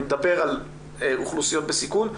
אני מדבר על אוכלוסיות בסיכון,